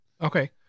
Okay